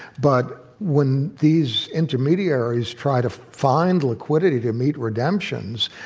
but when these intermediaries try to find liquidity to meet redemptions,